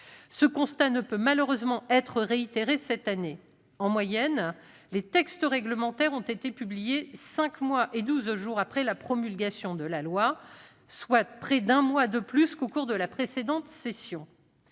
Ce constat ne peut malheureusement être réitéré cette année. En moyenne, les textes réglementaires ont été publiés cinq mois et douze jours après la promulgation de la loi, soit près d'un mois de plus qu'au cours de la précédente session.